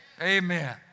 Amen